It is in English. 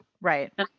right